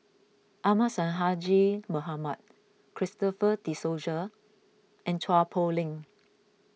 Ahmad Sonhadji Mohamad Christopher De Souza and Chua Poh Leng